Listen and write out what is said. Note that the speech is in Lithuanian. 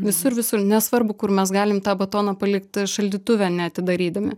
visur visur nesvarbu kur mes galim tą batoną palikt šaldytuve neatidarydami